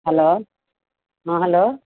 hello ହଁ hello